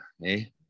hey